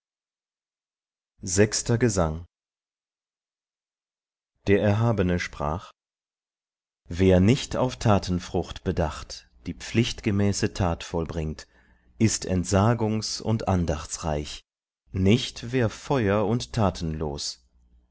sechster gesang der erhabene sprach wer nicht auf tatenfrucht bedacht die pflichtgemäße tat vollbringt ist entsagungs und andachtsreich nicht wer feuer und tatenlos